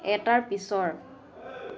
এটাৰ পিছৰ